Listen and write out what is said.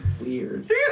weird